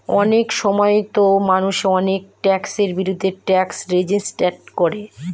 অনেক সময়তো মানুষ অনেক ট্যাক্সের বিরুদ্ধে ট্যাক্স রেজিস্ট্যান্স করে